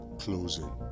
closing